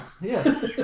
Yes